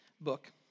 book